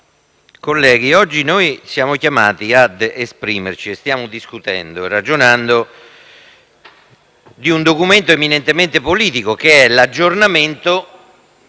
colleghi, oggi siamo chiamati a esprimerci e stiamo discutendo e ragionando di un documento eminentemente politico, che è l'autorizzazione